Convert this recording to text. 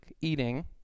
eating